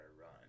run